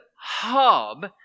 hub